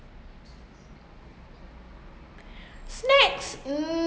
snacks mm